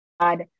God